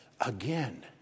Again